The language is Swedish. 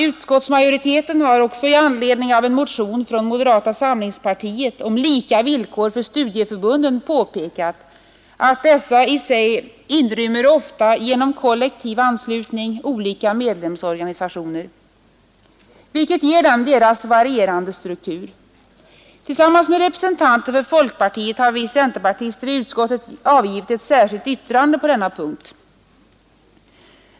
Utskottsmajoriteten har också i anledning av en motion från moderata samlingspartiet om lika villkor för studieförbunden påpekat att dessa i sig inrymmer, ofta genom kollektiv anslutning, olika medlemsorganisationer, vilket ger dem deras varierande struktur. Tillsammans med representanter för folkpartiet har vi centerpartister i utskottet avgivit ett särskilt yttrande på denna punkt.